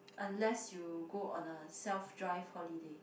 unless you go on a self drive holiday